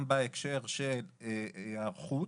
גם בהקשר של היערכות,